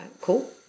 cool